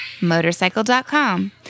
Motorcycle.com